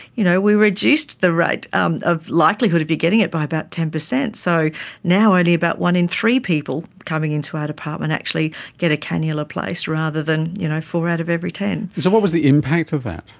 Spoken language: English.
you know we reduced the rate um of likelihood of you getting it by about ten percent. so now only about one in three people coming into our department actually get a cannula placed, rather than you know four out of every ten. so what was the impact of that?